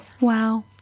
wow